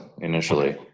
initially